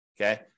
Okay